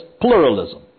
pluralism